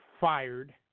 fired